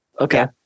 okay